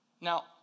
Now